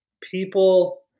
people